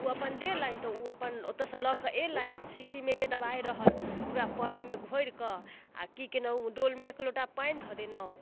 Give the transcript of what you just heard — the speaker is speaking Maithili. ओ अपन देलनि तऽ ओ अपन ओतऽसँ लऽ कऽ अएलनि शीशीमेके दवाइ रहल ओकरा पानिमे घोरिकऽ आओर कि केलहुँ डोलमे एक लोटा पानि धऽ देलहुँ